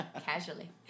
casually